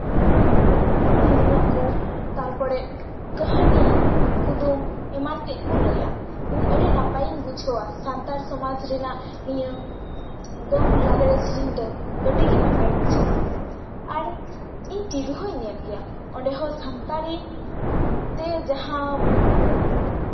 ᱥᱤᱨᱤᱧᱟᱠᱚ ᱛᱟᱨᱯᱚᱨᱮ ᱠᱟᱹᱦᱱᱤ ᱠᱩᱫᱩᱢ ᱮᱢᱟᱱ ᱛᱮᱫ ᱠᱚ ᱞᱟᱹᱭᱟ ᱤᱧ ᱟᱹᱰᱤ ᱱᱟᱯᱟᱭᱤᱧ ᱵᱩᱡᱷᱟᱹᱣᱟ ᱥᱟᱱᱛᱟᱲ ᱥᱚᱢᱟᱡ ᱨᱮᱱᱟᱜ ᱱᱤᱭᱟᱹ ᱫᱚᱝ ᱞᱟᱜᱽᱬᱮ ᱥᱮᱨᱮᱧ ᱫᱚ ᱟᱹᱰᱤᱜᱮ ᱱᱟᱯᱟᱭ ᱵᱩᱡᱷᱟᱹᱜᱼᱟ ᱟᱨ ᱤᱧ ᱴᱤᱵᱷᱤ ᱦᱚᱸᱧ ᱧᱮᱞ ᱜᱮᱭᱟ ᱚᱸᱰᱮ ᱦᱚᱸ ᱥᱟᱱᱛᱟᱲᱤ ᱛᱮ ᱡᱟᱦᱟᱸ